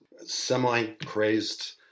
semi-crazed